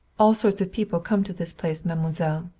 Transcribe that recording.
all sorts of people come to this place, mademoiselle.